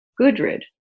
Gudrid